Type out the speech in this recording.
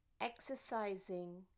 exercising